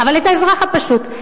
אבל את האזרח הפשוט,